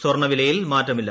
സ്വർണവിലയിൽ മാറ്റമില്ല